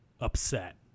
upset